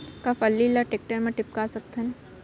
का फल्ली ल टेकटर म टिपका सकथन?